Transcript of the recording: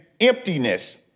emptiness